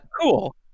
cool